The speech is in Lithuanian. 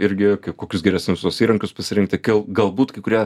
irgi kokius geresnius tuos įrankius pasirinkti galbūt kai kurie